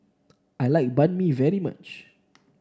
I like Banh Mi very much